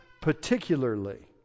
particularly